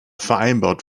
vereinbart